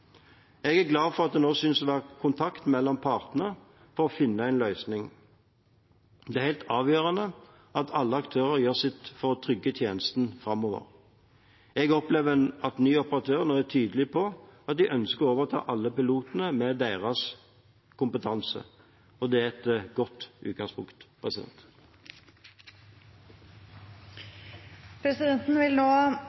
Jeg er glad for at det nå synes å være kontakt mellom partene for å finne en løsning. Det er helt avgjørende at alle aktører gjør sitt for å trygge tjenesten framover. Jeg opplever at den nye operatøren nå er tydelig på at de ønsker å overta alle pilotene med deres kompetanse. Det er et godt utgangspunkt.